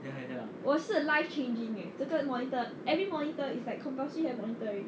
我是 life changing eh 这个 monitor every monitor is like compulsory have monitor already